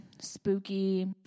Spooky